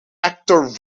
actor